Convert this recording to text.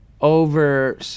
over